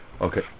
Okay